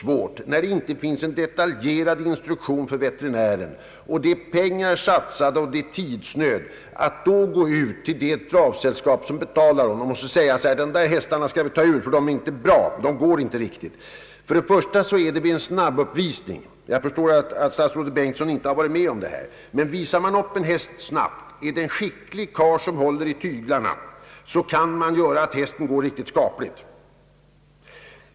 Men när det inte finns någon detaljerad instruktion, när det är pengar satsade och det är tidsnöd, är det mycket svårt för veterinären att säga till det sällskap som betalar honom: »De där hästarna skall vi ta ur tävlingen.» Först och främst sker här en snabbuppvisning. Jag förstår att herr statsrådet Bengtsson inte varit med om detta, men om man visar upp en häst snabbt, kan en skicklig karl som håller i tyglarna få en häst att gå riktigt bra, även om den är i dålig kondition.